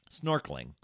snorkeling